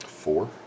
Four